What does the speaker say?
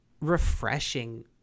refreshing